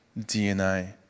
DNA